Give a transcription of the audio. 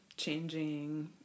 changing